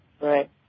Right